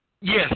Yes